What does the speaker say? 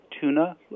tuna